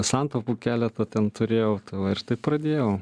santaupų keletą ten turėjau ir taip pradėjau